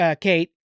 Kate